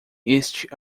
este